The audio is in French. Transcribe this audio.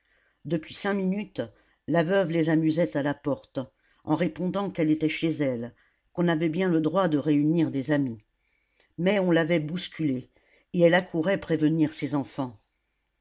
depuis cinq minutes la veuve les amusait à la porte en répondant qu'elle était chez elle qu'on avait bien le droit de réunir des amis mais on l'avait bousculée et elle accourait prévenir ses enfants